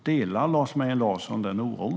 Delar Lars Mejern Larsson den oron?